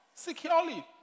Securely